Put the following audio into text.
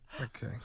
Okay